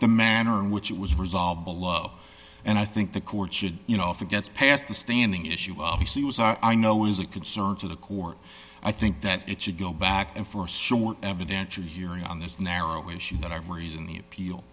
the manner in which it was resolved below and i think the court should you know if it gets past the standing issue obviously was i know is a concern to the court i think that it should go back and forth short evidentiary hearing on this narrow issue that i've read in the appeal